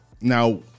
now